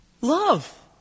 Love